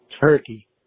turkey